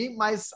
mas